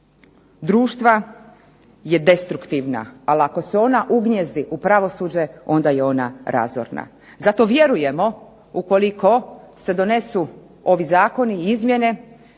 društva je destruktivna, ali ako se ona ugnijezdi u pravosuđe onda je ona razorna. Zato vjerujemo ukoliko se donesu ovi zakoni i izmjene